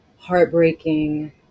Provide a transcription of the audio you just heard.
Heartbreaking